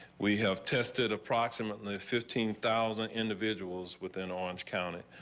we have tested approximately fifteen thousand individuals with in orange county.